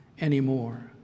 anymore